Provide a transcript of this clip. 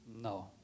No